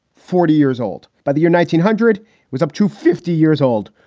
forty years old by the year nineteen hundred was up to fifty years old.